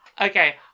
Okay